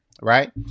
right